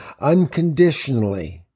unconditionally